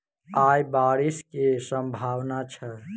आय बारिश केँ सम्भावना छै?